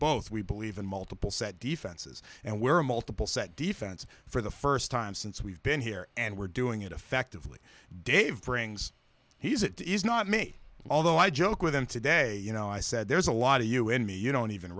both we believe in multiple set defenses and we're a multiple set defense for the first time since we've been here and we're doing it effectively dave brings he's it is not me although i joke with him today you know i said there's a lot of you in me you don't even